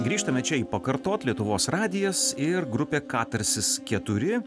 grįžtame čia į pakartot lietuvos radijas ir grupė katarsis keturi